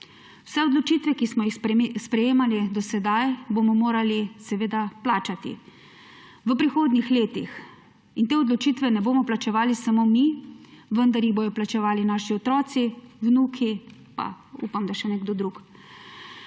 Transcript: Vse odločitve, ki smo jih sprejemali do sedaj, bomo morali seveda plačati v prihodnjih letih. Te odločitve ne bomo plačevali samo mi, vendar jih bodo plačevali naši otroci, vnuki pa upam, da ne še kdo drug.